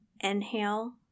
Inhale